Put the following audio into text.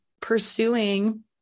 pursuing